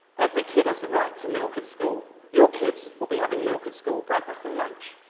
every kid has the right to milk at school. your kids will be having milk at school, breakfast and lunch,